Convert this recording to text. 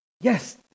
Yes